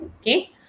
okay